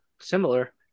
similar